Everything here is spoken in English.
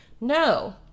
No